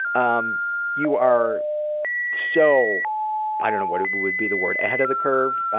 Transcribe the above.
um you are so i don't know what would be the word ahead of the curve?